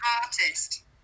artist